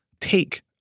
take